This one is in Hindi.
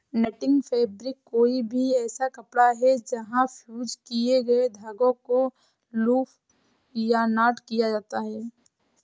नेटिंग फ़ैब्रिक कोई भी ऐसा कपड़ा है जहाँ फ़्यूज़ किए गए धागों को लूप या नॉट किया जाता है